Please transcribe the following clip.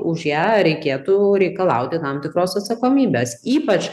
už ją reikėtų reikalauti tam tikros atsakomybės ypač